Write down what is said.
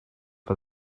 for